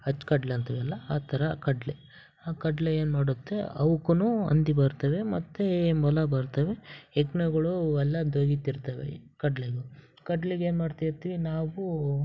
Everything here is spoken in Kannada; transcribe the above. ಅಚ್ಚ್ ಕಡಲೆ ಅಂತೀವಲ್ಲ ಆ ಥರ ಕಡಲೆ ಆ ಕಡಲೆ ಏನು ಮಾಡುತ್ತೆ ಅವುಕ್ಕು ಹಂದಿ ಬರ್ತವೆ ಮತ್ತು ಮೊಲ ಬರ್ತವೆ ಹೆಗ್ಣಗುಳು ಎಲ್ಲ ಅಗೀತಿರ್ತವೆ ಕಡಲೆಗೂ ಕಡಲೆಗೆ ಏನು ಮಾಡ್ತಿರ್ತೀವಿ ನಾವು